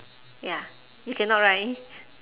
ya you cannot right